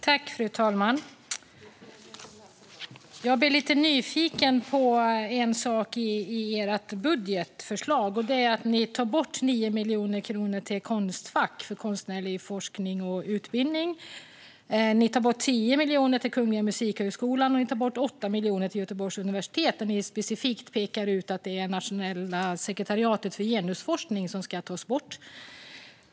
Fru talman! Jag blir lite nyfiken på en sak i ert budgetförslag, Robert Stenkvist. Ni tar bort 9 miljoner kronor till Konstfack för konstnärlig forskning och utbildning, ni tar bort 10 miljoner till Kungliga Musikhögskolan och ni tar bort 8 miljoner till Göteborgs universitet, där ni specifikt pekar ut att det är Nationella sekretariatet för genusforskning som ska tas bort.